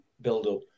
build-up